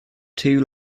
two